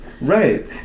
Right